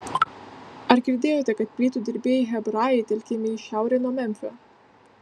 ar girdėjote kad plytų dirbėjai hebrajai telkiami į šiaurę nuo memfio